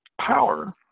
power